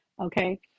okay